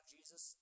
Jesus